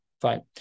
Fine